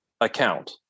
account